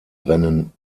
rennen